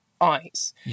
eyes